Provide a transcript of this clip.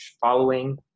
following